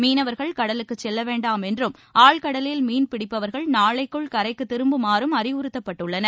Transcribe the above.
மீனவர்கள் கடலுக்குச் செல்ல வேண்டாம் என்றும் ஆழ்கடலில் மீன்பிடிப்பவர்கள் நாளைக்குள் கரைக்கு திரும்புமாறும் அறிவுறுத்தப்பட்டுள்ளனர்